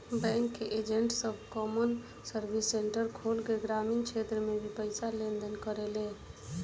bank के agent सब common service centre खोल के ग्रामीण क्षेत्र में भी पईसा के लेन देन करेले